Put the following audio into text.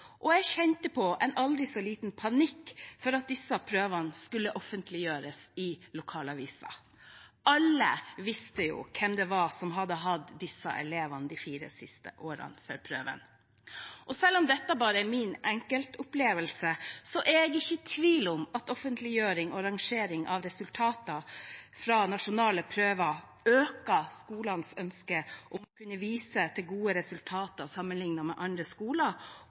Jeg kjente på en aldri så liten panikk for at disse prøvene skulle offentliggjøres i lokalavisen. Alle visste jo hvem det var som hadde hatt disse elevene de fire siste årene før prøven. Selv om dette bare er min enkeltopplevelse, er jeg ikke i tvil om at offentliggjøring og rangering av resultater fra nasjonale prøver øker skolenes ønske om å kunne vise til gode resultater sammenlignet med andre skoler,